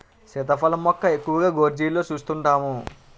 సీతాఫలం మొక్క ఎక్కువగా గోర్జీలలో సూస్తుంటాము